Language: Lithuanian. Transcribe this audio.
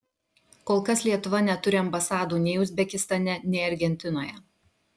kol kas lietuva neturi ambasadų nei uzbekistane nei argentinoje